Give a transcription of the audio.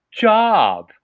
job